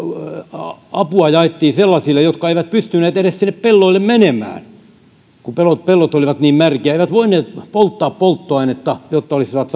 apua jaettiin sellaisille jotka eivät pystyneet edes sinne pelloille menemään kun pellot pellot olivat niin märkiä eivät voineet polttaa polttoainetta jotta olisivat